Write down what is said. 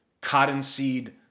cottonseed